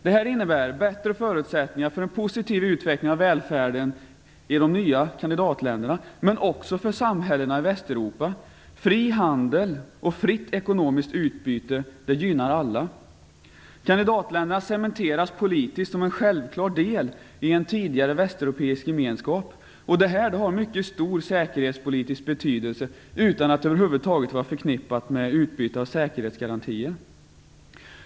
Det innebär bättre förutsättningar för en positiv utveckling av välfärden i de nya kandidatländerna men också för samhällena i Västeuropa. Fri handel och fritt ekonomiskt utbyte gynnar alla. Kandidatländerna cementeras politiskt som en självklar del i en tidigare västeuropeisk gemenskap, och det har mycket stor säkerhetspolitisk betydelse utan att över huvud taget vara förknippat med säkerhetsgarantier.